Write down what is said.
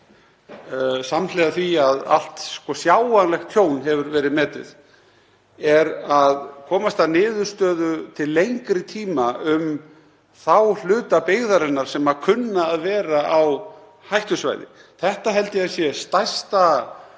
samhliða því að allt sjáanlegt tjón hefur verið metið, er að komast að niðurstöðu til lengri tíma um þá hluta byggðarinnar sem kunna að vera á hættusvæði. Þetta held ég að sé stærsta